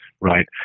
right